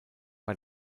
bei